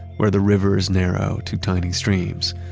where the rivers narrow to tiny streams.